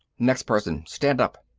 next person! stand up!